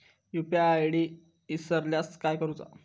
UPI ID इसरल्यास काय करुचा?